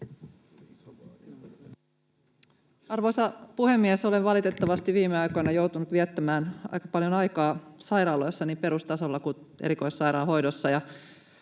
Arvoisa puhemies! Olen valitettavasti viime aikoina joutunut viettämään aika paljon aikaa sairaaloissa, niin perustasolla kuin erikoissairaanhoidossa.